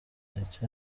ndetse